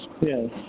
Yes